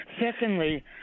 Secondly